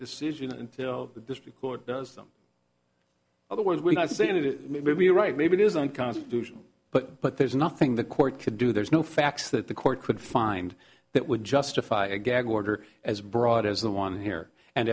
decision until the district court does them other words when i say that maybe you're right maybe it is unconstitutional but but there's nothing the court could do there's no facts that the court could find that would justify a gag order as broad as the one here and